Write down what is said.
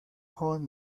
joven